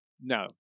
no